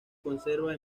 conserva